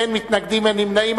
אין מתנגדים ואין נמנעים.